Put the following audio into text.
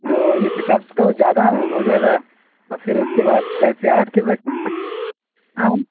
तो इस हिसाब से ज़्यादा हो जायेगा और फिर उसके बाद छः से आठ की हाँ